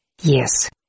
Yes